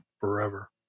Forever